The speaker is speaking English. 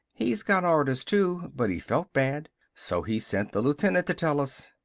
he's got orders, too. but he felt bad. so he sent the lieutenant to tell us.